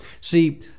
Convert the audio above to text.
See